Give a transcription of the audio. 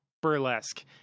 burlesque